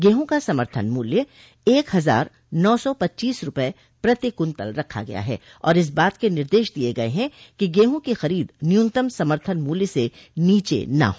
गेहूँ का समर्थन मूल्य एक हजार नौ पच्चीस रूपये प्रति कुन्तल रखा गया है और इस बात के निर्देश दिये गये हैं कि गेहूँ की खरीद न्यूनतम समर्थन मूल्य से नीचे न हो